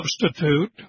substitute